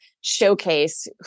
showcase